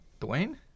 Dwayne